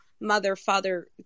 mother-father